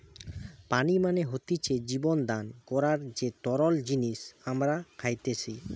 পানি মানে হতিছে জীবন দান করার যে তরল জিনিস আমরা খাইতেসি